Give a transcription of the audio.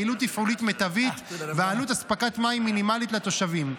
יעילות תפעולית מיטבית ועלות הספקת מים מינימלית לתושבים.